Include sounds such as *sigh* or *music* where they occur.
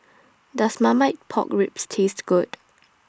Does Marmite Pork Ribs Taste Good *noise*